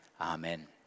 Amen